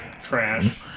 trash